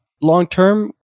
long-term